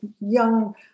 young